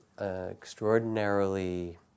extraordinarily